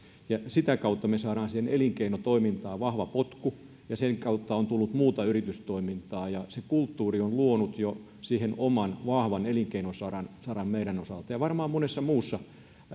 ja sitä kautta me saamme elinkeinotoimintaan vahvan potkun sen kautta on tullut muuta yritystoimintaa ja se kulttuuri on luonut jo siihen oman vahvan elinkeinosaran meidän osaltamme varmaan monessa muussa